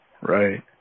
Right